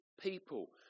people